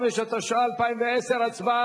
25), התשע"א 2010, הצבעה.